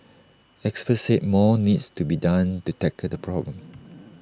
experts said more needs to be done to tackle the problem